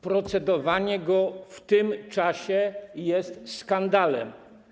Procedowanie nad nim w tym czasie jest skandalem.